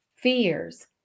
fears